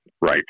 right